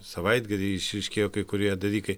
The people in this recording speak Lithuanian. savaitgalį išryškėjo kai kurie dalykai